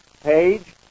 Page